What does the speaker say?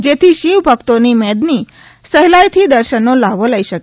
જેથી શિવ ભક્તોની મેદની સહેલાઈથી દર્શનનો લ્હાવો લઈશકે